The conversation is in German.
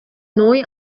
neu